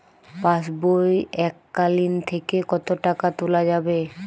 পাশবই এককালীন থেকে কত টাকা তোলা যাবে?